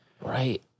right